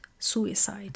Suicide